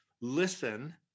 listen